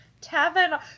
tavern